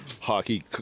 hockey